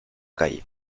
calle